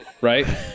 right